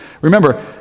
Remember